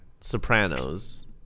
Sopranos